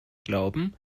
glauben